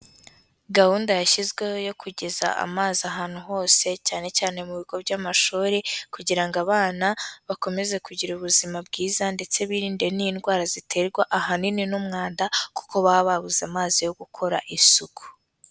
Gahunda yashyizweho yo kugeza amazi ahantu hose, cyane cyane mu bigo by'amashuri, kugira ngo abana bakomeze kugira ubuzima bwiza ndetse birinde n'indwara ziterwa ahanini n'umwanda, kuko baba babuze amazi yo gukora isuku.